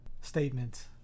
statement